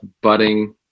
budding